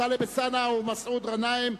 טלב אלסאנע ומסעוד גנאים,